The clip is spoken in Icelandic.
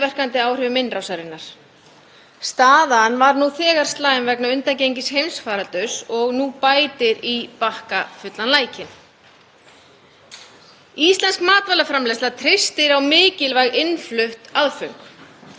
Íslensk matvælaframleiðsla treystir á mikilvæg innflutt aðföng, svo sem hráefni til fóðurgerðar, áburð, og olíu. Í skýrslunni Fæðuöryggi á Íslandi frá árinu 2021 segir, með leyfi forseta: